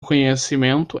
conhecimento